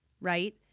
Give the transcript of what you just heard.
right